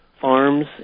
farms